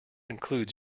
includes